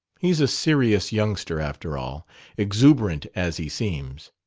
he's a serious youngster, after all exuberant as he seems.